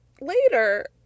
later